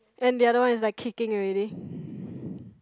and the other one is like kicking already